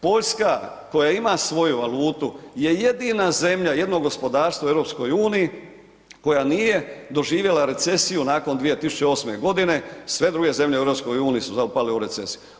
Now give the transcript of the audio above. Poljska koja ima svoju valutu je jedina zemlja, jedno gospodarstvo u EU-u koja nije doživjela recesiju nakon 2008. g., sve druge zemlje u EU-u su upale u recesiju.